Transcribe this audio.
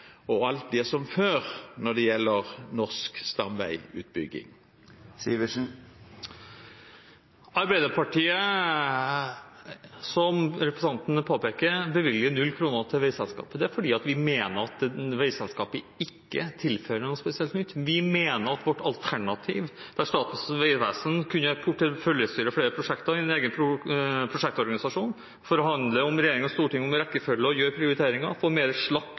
og alt blir som før når det gjelder norsk stamveiutbygging? Arbeiderpartiet bevilger, som representanten påpeker, null kroner til veiselskapet, og det er fordi vi mener at veiselskapet ikke tilfører noe spesielt nytt. Vi mener at vårt alternativ, der Statens vegvesen kunne porteføljestyre flere prosjekter i en egen prosjektorganisasjon, forhandle med regjering og storting om rekkefølge og gjøre prioriteringer, få mer slakk